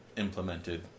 implemented